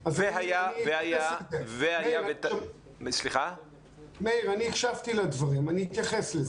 מאיר, אני הקשבתי לדברים ואני אתייחס לזה.